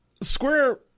Square